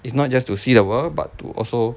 it's not just to see the world but to also